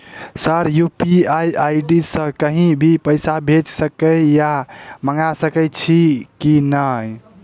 Sir UPI ID सँ कहि भी पैसा भेजि सकै या मंगा सकै छी की न ई?